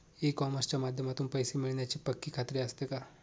E कॉमर्सच्या माध्यमातून पैसे मिळण्याची पक्की खात्री असते का?